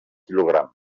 quilogram